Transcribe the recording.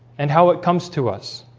and how it comes to us?